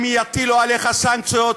אם יטילו עליך סנקציות,